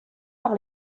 par